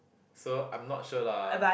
so I'm not sure lah